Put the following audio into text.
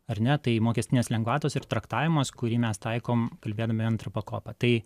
ar ne tai mokestinės lengvatos ir traktavimas kurį mes taikom kalbėdami antrą pakopą tai